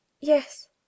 yes